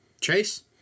Chase